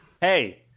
Hey